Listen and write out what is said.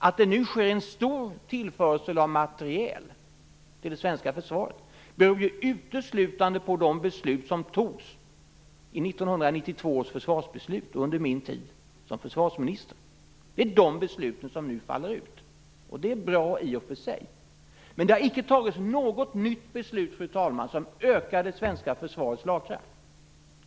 Att det nu sker en stor tillförsel av materiel till det svenska försvaret beror ju uteslutande på de beslut som fattades i 1992 års försvarsbeslut under min tid som försvarsminister. Det är de besluten som nu faller ut, och det är i och för sig bra. Men, fru talman, det har icke fattats något nytt beslut som ökar det svenska försvarets slagkraft.